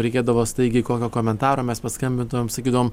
reikėdavo staigiai kokio komentaro mes paskambintumėm sakydavom